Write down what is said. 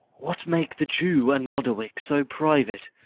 what make the jew and lodowick so private?